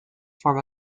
form